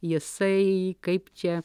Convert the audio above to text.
jisai kaip čia